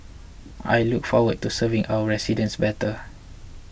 I look forward to serving our residents better